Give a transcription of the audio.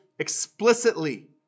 explicitly